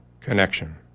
connection